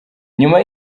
nyuma